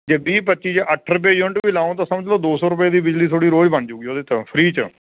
ਜੇ ਵੀਹ ਪੱਚੀ ਜੇ ਅੱਠ ਰੁਪਏ ਯੂਨਿਟ ਵੀ ਲਾਓ ਤਾਂ ਸਮਝ ਲਓ ਦੋ ਸੌ ਰੁਪਏ ਦੀ ਬਿਜਲੀ ਤੁਹਾਡੀ ਰੋਜ਼ ਬਣ ਜੂਗੀ ਉਹਦੇ ਤੋਂ ਫ੍ਰੀ 'ਚ